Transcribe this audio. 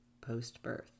post-birth